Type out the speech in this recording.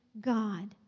God